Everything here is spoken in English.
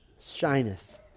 shineth